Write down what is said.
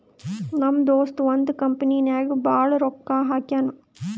ನಮ್ ದೋಸ್ತ ಒಂದ್ ಕಂಪನಿ ನಾಗ್ ಭಾಳ್ ರೊಕ್ಕಾ ಹಾಕ್ಯಾನ್